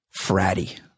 fratty